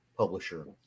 publisher